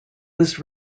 was